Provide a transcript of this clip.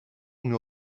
unió